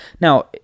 Now